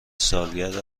سالگرد